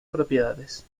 propiedades